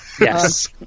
Yes